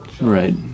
Right